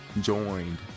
joined